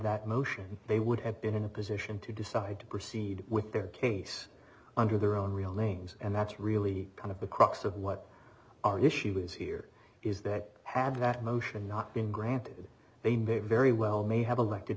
that motion they would have been in a position to decide to proceed with their case under their own real names and that's really kind of the crux of what are you she was here is that had that motion not been granted they may very well may have elected